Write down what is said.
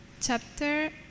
Chapter